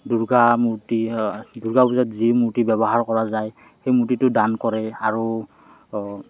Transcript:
দুৰ্গা মূৰ্তি দুৰ্গা পূজাত যি মূৰ্তি ব্যৱহাৰ কৰা যায় সেই মূৰ্তিটো দান কৰে আৰু